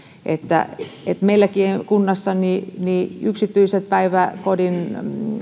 meilläkin kunnassa yksityisen päiväkodin